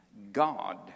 God